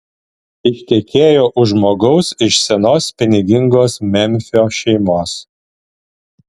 ištekėjo už žmogaus iš senos pinigingos memfio šeimos